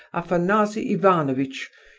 afanasy ivanovitch!